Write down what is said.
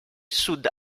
sud